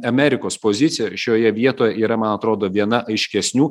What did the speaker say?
amerikos pozicija šioje vietoje yra man atrodo viena aiškesnių